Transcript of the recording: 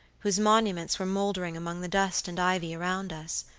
whose monuments were moldering among the dust and ivy round us,